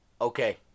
Okay